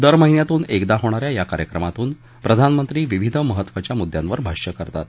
दर महिन्यातून एकदा होणा या या कार्यक्रमातून प्रधानमंत्री विविध महत्वाच्या मुद्यांवर भाष्य करतात